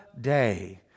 day